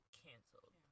canceled